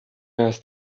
است